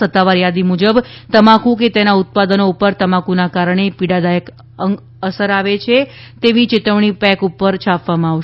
સત્તાવાર યાદી મુજબ તમાકુ કે તેના ઉત્પાદનો ઉપર તમાકુના કારણે પીડાદાયક અંગ આવે છે તેવી ચેતવણી પેક ઉપર છાપવામાં આવશે